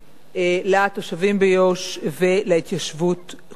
לתושבים ביהודה ושומרון ולהתיישבות כולה.